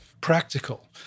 practical